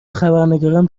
خبرنگاران